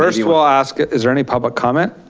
first of all i'll ask, is there any public comment?